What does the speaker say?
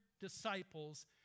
disciples